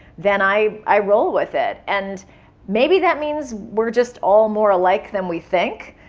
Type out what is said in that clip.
then i i roll with it. and maybe that means we're just all more alike than we think,